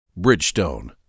Bridgestone